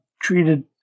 treated